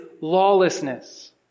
lawlessness